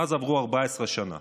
מאז עברו 14 שנה